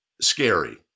scary